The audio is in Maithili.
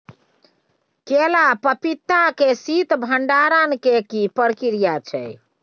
केला आ पपीता के शीत भंडारण के की प्रक्रिया छै?